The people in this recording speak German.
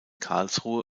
karlsruhe